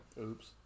Oops